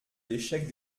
l’échec